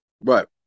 Right